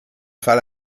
fall